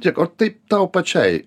žėk o ar taip tau pačiai